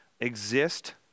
exist